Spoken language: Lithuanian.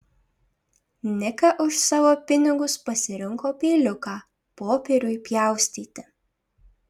nika už savo pinigus pasirinko peiliuką popieriui pjaustyti